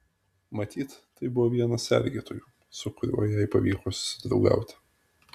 matyt tai buvo vienas sergėtojų su kuriuo jai pavyko susidraugauti